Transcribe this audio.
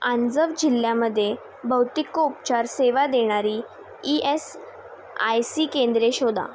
आंजव जिल्ह्यामध्ये भौतिकोपचार सेवा देणारी ई एस आय सी केंद्रे शोधा